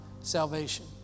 salvation